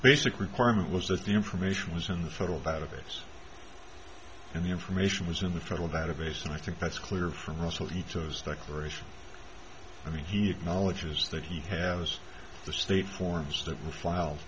basic requirement was that the information was in the federal database and the information was in the federal database and i think that's clear from russell he chose that version i mean he acknowledges that he has the state forms that were file